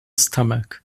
stomach